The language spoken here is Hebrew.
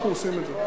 אנחנו עושים את זה.